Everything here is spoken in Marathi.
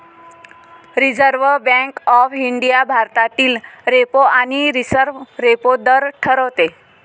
रिझर्व्ह बँक ऑफ इंडिया भारतातील रेपो आणि रिव्हर्स रेपो दर ठरवते